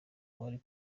wari